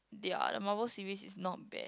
yeah the Marvel series is not bad